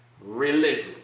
religion